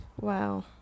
Wow